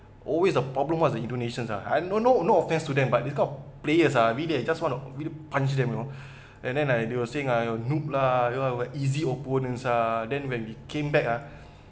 always a problem [one] was the indonesians ah I no no no offence to them but this kind of players ah really I just want to really punch them you know and then like they were saying uh noob lah easy opponents lah then when we came back ah